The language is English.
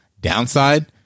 Downside